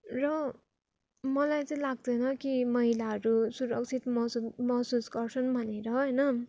र मलाई चाहिँ लाग्दैन कि महिलाहरू सुरक्षित महसुस महसुस गर्छन् भनेर होइन